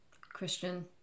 Christian